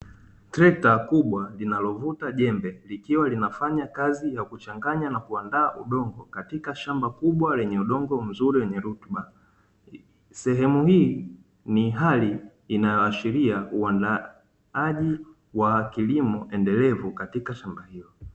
Trekta kubwa linalovuta jembe likiwa linafanya kazi ya kuchanganya na kuandaa udongo katika shamba kubwa lenye udongo mzuri wenye rutuba sehemu hii ni hali inayoashiria uwandaaji wa kilimo endelevu katika shamba hilo.